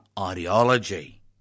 ideology